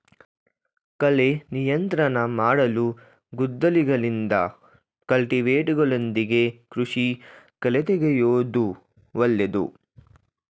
ಕಳೆ ನಿಯಂತ್ರಣ ಮಾಡಲು ಗುದ್ದಲಿಗಳಿಂದ, ಕಲ್ಟಿವೇಟರ್ಗಳೊಂದಿಗೆ ಕೃಷಿ ಕಳೆತೆಗೆಯೂದು ಒಳ್ಳೇದು